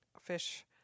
fish